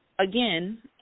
Again